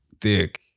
Thick